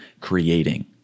creating